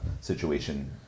situation